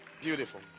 Beautiful